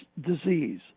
disease